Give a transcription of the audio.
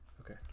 Okay